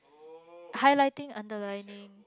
highlighting underlining